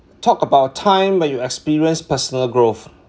talk about time when you experience personal growth